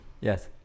yes